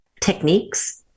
techniques